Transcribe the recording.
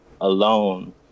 alone